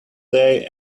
day